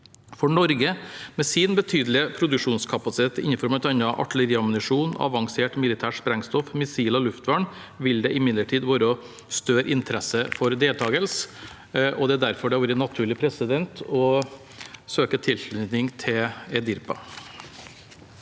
For Norge, med sin betydelige produksjonskapasitet – innenfor bl.a. artilleriammunisjon, avansert militært sprengstoff, missil og luftvern – vil det imidlertid være større interesse for deltakelse, og det er derfor det har vært naturlig å søke tilslutning til EDIRPA.